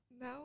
Now